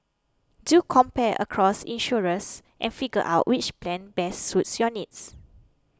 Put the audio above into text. do compare across insurers and figure out which plan best suits your needs